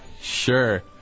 Sure